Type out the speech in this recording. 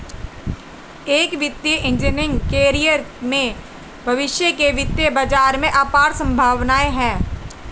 एक वित्तीय engineering career में भविष्य के वित्तीय बाजार में अपार संभावनाएं हैं